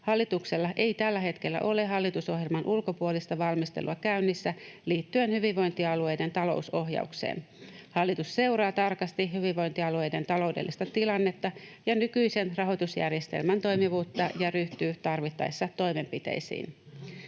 Hallituksella ei tällä hetkellä ole hallitusohjelman ulkopuolista valmistelua käynnissä liittyen hyvinvointialueiden talousohjaukseen. Hallitus seuraa tarkasti hyvinvointialueiden taloudellista tilannetta ja nykyisen rahoitusjärjestelmän toimivuutta ja ryhtyy tarvittaessa toimenpiteisiin.